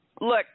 look